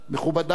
מכובדי,